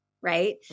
right